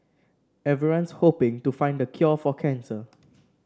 everyone's hoping to find the cure for cancer